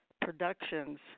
Productions